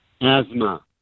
asthma